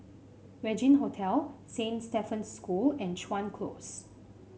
Regin Hotel Saint Stephen's School and Chuan Close